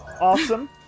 Awesome